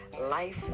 Life